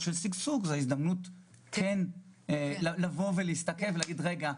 של שגשוג הן הזדמנות לעצור ולהסתכל על המצב.